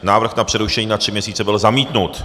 Návrh na přerušení na tři měsíce byl zamítnut.